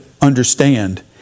understand